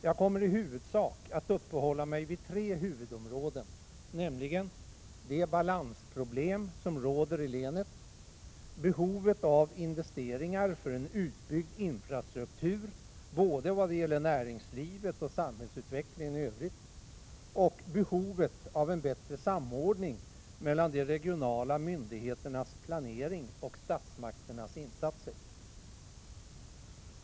Jag kommer i huvudsak att uppehålla mig vid tre huvudområden, nämligen de balansproblem som råder i länet, behovet av investeringar för en utbyggd infrastruktur, både vad det gäller näringslivet och samhällsutvecklingen i övrigt, och behovet av en bättre samordning mellan de regionala myndigheternas planering och statsmakternas insatser.